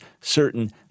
certain